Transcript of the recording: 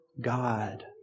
God